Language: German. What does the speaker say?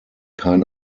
kein